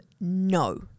no